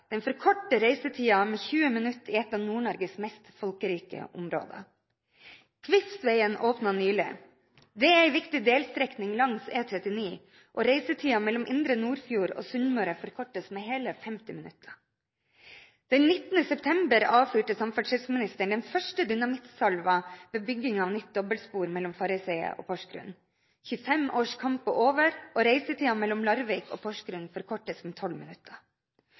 Den forkorter reisetiden med 20 minutter i et av Nord-Norges mest folkerike områder. Kvivsvegen åpnet nylig. Dette er en viktig delstrekning langs E39, og reisetiden mellom Indre Nordfjord og Sunnmøre forkortes med hele 50 minutter. Den 19. september avfyrte samferdselsministeren den første dynamittsalven for bygging av nytt dobbeltspor mellom Farriseidet og Porsgrunn. 25 års kamp er over, og reisetiden mellom Larvik og Porsgrunn forkortes med 12 minutter.